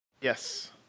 Yes